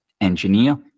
engineer